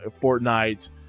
Fortnite